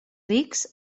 rics